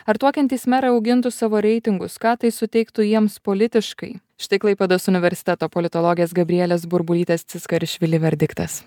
ar tuokiantys merai augintų savo reitingus ką tai suteiktų jiems politiškai štai klaipėdos universiteto politologės gabrielės burbulytės ciskarišvili verdiktas